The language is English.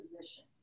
position